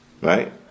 Right